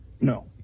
No